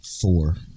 Four